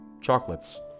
chocolates